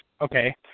Okay